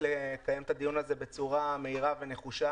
לקיים את הדיון הזה בצורה מהירה ונחושה.